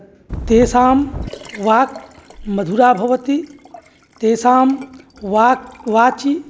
तेषाा वाक् मधुरा भवति तेषां वाक् वाची